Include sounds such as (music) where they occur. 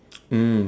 (noise) mm